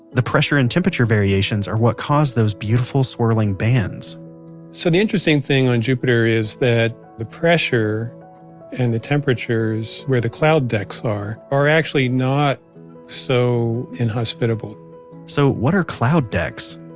the pressure and temperature variations are what cause those beautiful swirling bands so the interesting thing on jupiter is that the pressure and the temperatures where the cloud decks are, are actually not so inhospitable so what are cloud decks?